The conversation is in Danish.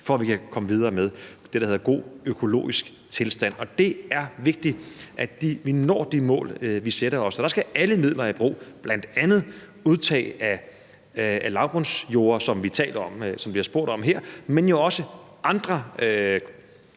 for at vi kan komme videre med det, der hedder god økologisk tilstand. Og det er vigtigt, at vi når de mål, vi sætter os. Så der skal alle midler i brug, bl.a. udtagning af lavbundsjorder, som vi taler om, og som der bliver spurgt om her, men jo også andre